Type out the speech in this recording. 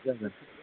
जागोन